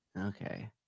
Okay